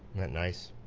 that nice?